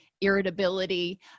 irritability